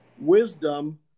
Wisdom